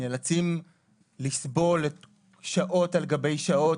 נאלצים לסבול שעות על גבי שעות,